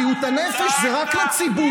בריאות הנפש זה רק לציבורי.